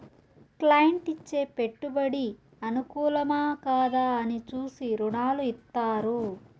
client ఇచ్చే పెట్టుబడి అనుకూలమా, కాదా అని చూసి రుణాలు ఇత్తారు